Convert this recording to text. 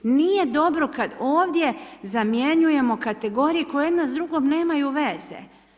Nije dobro kada ovdje zamjenjujemo kategorije koje jedna s drugom nemaju veze.